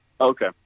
Okay